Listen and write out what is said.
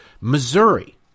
Missouri